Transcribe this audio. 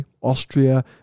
Austria